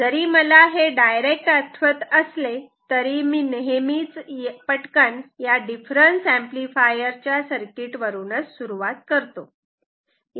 जरी मला हे डायरेक्ट आठवत असले तरी मी नेहमी पटकन या डिफरन्स एम्पलीफायर च्या सर्किट वरून सुरुवात करतो